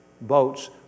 boats